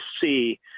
see